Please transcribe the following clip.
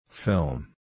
Film